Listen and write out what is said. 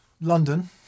london